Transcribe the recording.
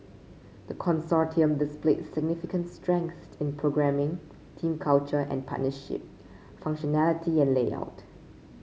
the consortium displayed significant strengths in programming team culture and partnership functionality and layout